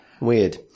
weird